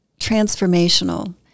transformational